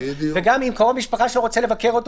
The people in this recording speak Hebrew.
וגם אם קרוב משפחה שלו רוצה לבקר אותו,